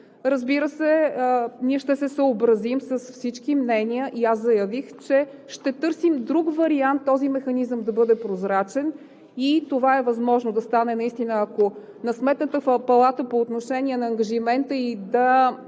Разбира се, ние ще се съобразим с всички мнения и аз заявих, че ще търсим друг вариант този механизъм да бъде прозрачен. Това е възможно да стане, ако на Сметната палата – по отношение на ангажимента ѝ да